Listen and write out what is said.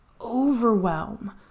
overwhelm